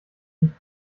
nicht